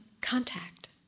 contact